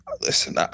Listen